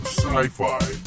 Sci-Fi